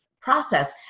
process